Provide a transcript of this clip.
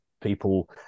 people